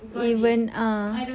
eh when ah